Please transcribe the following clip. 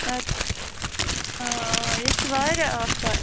ادٕ آ آ ییٚتہِ چھِ واریاہ آسان